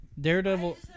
Daredevil